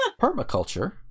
Permaculture